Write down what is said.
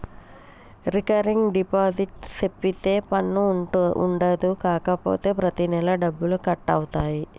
recurring deposit సేపిత్తే పన్ను ఉండదు కాపోతే ప్రతి నెలా డబ్బులు కట్ అవుతాయి